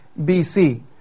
BC